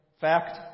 Fact